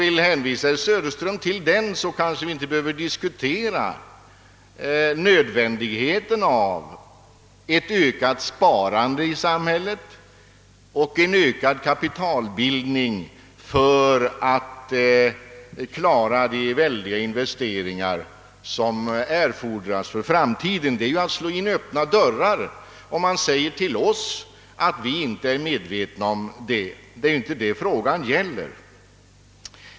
Om jag hänvisar herr Söderström till den, kanske vi inte behöver diskutera nödvändigheten av ett ökat sparande i samhället och en ökad kapitalbildning för att klara de väldiga investeringar som erfordras för framtiden. Det är att slå in öppna dörrar, då man säger till oss på socialdemokratiskt håll, att vi inte är medvetna om behovet av ökat sparande. Det är inte det frågan gäller.